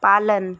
पालन